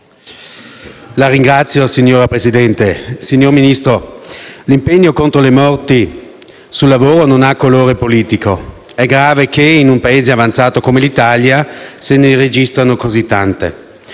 UV))*. Signor Presidente, signor Ministro, l'impegno contro le morti sul lavoro non ha colore politico. È grave che, in un Paese avanzato come l'Italia, se ne registrino così tante.